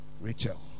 Rachel